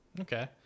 Okay